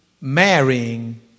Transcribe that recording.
Marrying